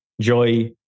Joy